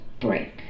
break